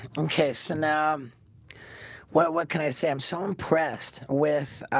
okay, so now what what can i say? i'm so impressed with?